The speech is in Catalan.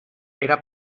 era